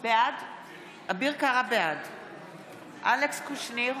בעד אלכס קושניר,